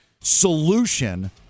solution